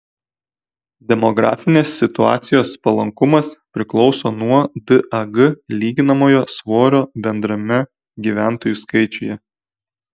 demografinės situacijos palankumas priklauso nuo dag lyginamojo svorio bendrame gyventojų skaičiuje